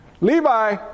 Levi